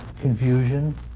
confusion